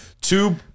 Two